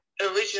originally